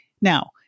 Now